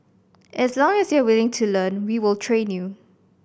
as long as you're willing to learn we will train you